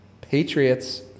Patriots